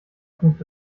punkt